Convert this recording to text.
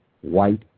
white